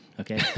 Okay